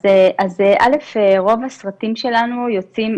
אז קודם כל רוב הסרטים שלנו יוצאים,